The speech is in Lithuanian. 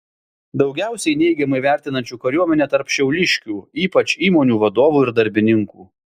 daugiausiai neigiamai vertinančių kariuomenę tarp šiauliškių ypač įmonių vadovų ir darbininkų